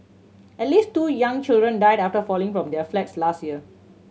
at least two young children died after falling from their flats last year